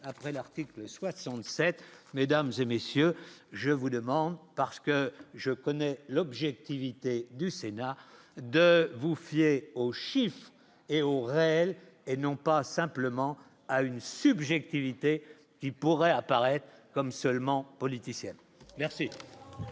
après l'article 67, mesdames et messieurs, je vous demande, parce que je connais l'objectivité du Sénat de vous fiez au Chili et au réel et non pas simplement à une subjectivité qui pourrait apparaître comme seulement politiciennes merci.